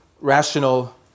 rational